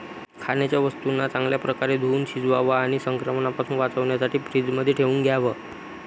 खाण्याच्या वस्तूंना चांगल्या प्रकारे धुवुन शिजवावं आणि संक्रमणापासून वाचण्यासाठी फ्रीजमध्ये ठेवून द्याव